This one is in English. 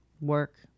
work